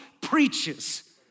preaches